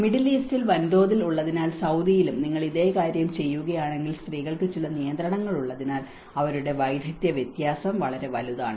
middle ഈസ്റ്റിൽ വൻതോതിൽ ഉള്ളതിനാൽ സൌദിയിലും നിങ്ങൾ ഇതേ കാര്യം ചെയ്യുകയാണെങ്കിൽ സ്ത്രീകൾക്ക് ചില നിയന്ത്രണങ്ങൾ ഉള്ളതിനാൽ അവരുടെ വൈദഗ്ധ്യ വ്യത്യാസം വളരെ വലുതാണ്